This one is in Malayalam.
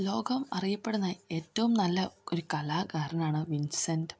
ലോകം അറിയപ്പെടുന്ന ഏറ്റവും നല്ല ഒരു കലാകാരനാണ് വിൻസെൻറ്റ്